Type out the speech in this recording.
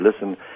listen